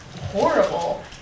horrible